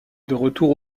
retour